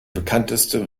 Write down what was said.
bekannteste